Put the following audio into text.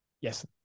Yes